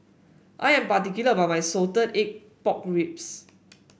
I am particular about my Salted Egg Pork Ribs